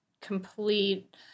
complete